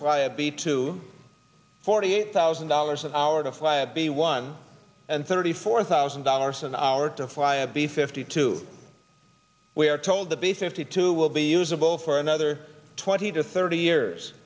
fly a b to forty eight thousand dollars an hour to fly a b one and thirty four thousand dollars an hour to fly a b fifty two we are told that basically two will be usable for another twenty to thirty years